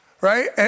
right